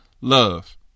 love